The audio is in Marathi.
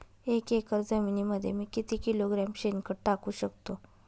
एक एकर जमिनीमध्ये मी किती किलोग्रॅम शेणखत टाकू शकतो?